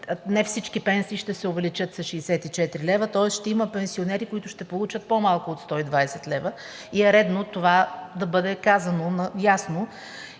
не всички пенсии ще се увеличат с 64 лв., тоест ще има пенсионери, които ще получат по-малко от 120 лв. и е редно това да бъде казано ясно.